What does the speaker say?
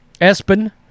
Espen